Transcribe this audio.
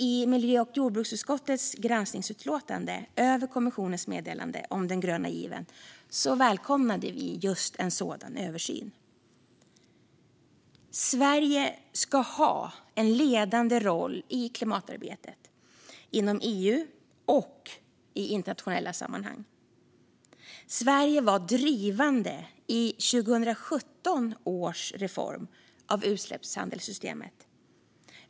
I miljö och jordbruksutskottets granskningsutlåtande över kommissionens meddelande om den gröna given välkomnade vi just en sådan översyn. Sverige ska ha en ledande roll i klimatarbetet inom EU och i internationella sammanhang. Sverige var drivande i 2017 års reform av utsläppshandelssystemet.